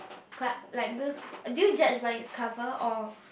quite like this do you judge by its cover or